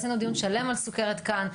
עשינו דיון שלם על סוכרת כאן.